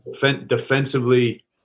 Defensively